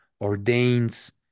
ordains